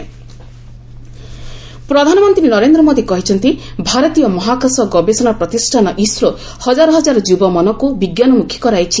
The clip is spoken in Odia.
ପିଏମ୍ ଇସ୍ରୋ ପ୍ରଧାନମନ୍ତ୍ରୀ ନରେନ୍ଦ୍ର ମୋଦି କହିଛନ୍ତି ଭାରତୀୟ ମହାକାଶ ଗବେଷଣା ପ୍ରତିଷ୍ଠାନ ଇସ୍ରୋ ହକାର ହକାର ଯୁବ ମନକୁ ବିଜ୍ଞାନମୁଖୀ କରାଇଛି